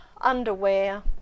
Underwear